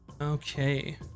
Okay